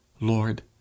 Lord